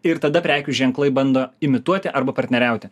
ir tada prekių ženklai bando imituoti arba partneriauti